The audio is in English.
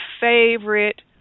favorite